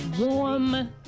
warm